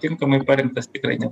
tinkamai parinktas tikrai ne